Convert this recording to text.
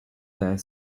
there